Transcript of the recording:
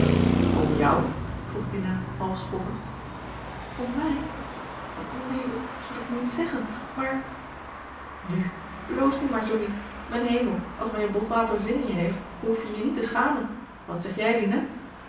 om jou vroeg lina half spottend om mij neen dat zal ik nu niet zeggen maar nu bloos nu maar zoo niet mijn hemel als mijnheer botwater zin in je heeft behoef je je niet te schamen wat zeg jij